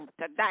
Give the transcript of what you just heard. today